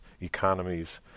economies